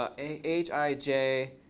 ah h, i, j.